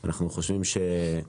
לדעתנו,